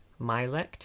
Mylect